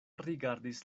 rigardis